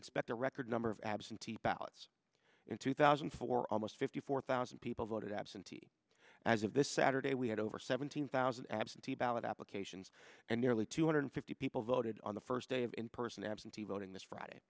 expect a record number of absentee ballots in two thousand and four almost fifty four thousand people voted absentee as of this saturday we had over seventeen thousand absentee ballot applications and nearly two hundred fifty people voted on the first day of in person absentee voting this friday